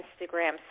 Instagram